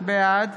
בעד